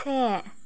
से